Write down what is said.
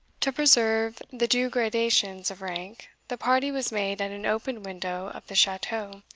to preserve the due gradations of rank, the party was made at an open window of the chateau,